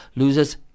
loses